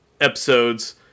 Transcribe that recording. episodes